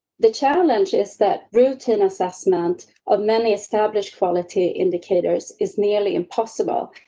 the challenge is that routine assessment of many established quality indicators is nearly impossible.